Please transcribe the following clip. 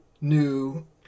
new